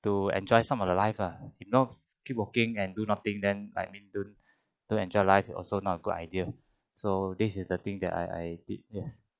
to enjoy some of the life lah if not keep walking and do nothing then I mean don't don't enjoy life you also not good idea so this is the thing that I I did yes